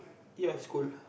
ya it's cool